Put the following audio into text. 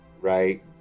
right